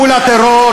מול הטרור.